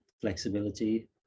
flexibility